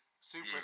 super